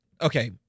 Okay